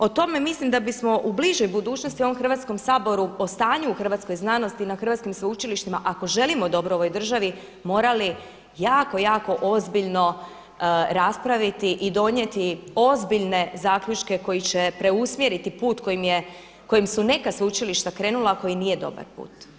O tome mislim da bismo u bližoj budućnosti ovom Hrvatskom saboru o stanju u hrvatskoj znanosti i na hrvatskim sveučilištima ako želimo dobro ovoj državi morali jako, jako ozbiljno raspraviti i donijeti ozbiljne zaključke koji će preusmjeriti put kojim su neka sveučilišta krenula koji nije dobar put.